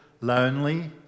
lonely